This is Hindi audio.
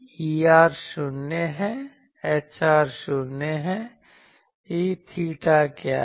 Er 0 है Hr 0 है E𝚹 क्या है